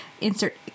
insert